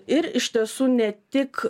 ir iš tiesų ne tik